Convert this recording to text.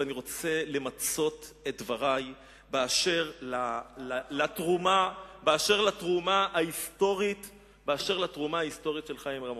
אלא אני רוצה למצות את דברי על התרומה ההיסטורית של חיים רמון.